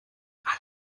alle